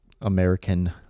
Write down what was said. American